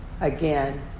again